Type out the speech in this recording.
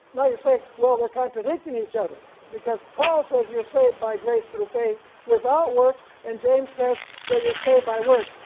now you say, well they're contradicting each other because paul says you're saved by grace through faith without works and james says that you're saved by works.